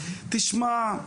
תשמע,